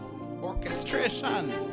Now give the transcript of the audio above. Orchestration